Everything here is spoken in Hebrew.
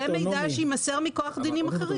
זה מידע שיימסר מכוח דינים אחרים.